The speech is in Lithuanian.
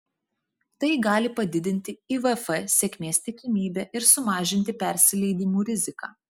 tai gali padidinti ivf sėkmės tikimybę ir sumažinti persileidimų riziką